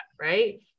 right